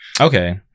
okay